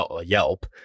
yelp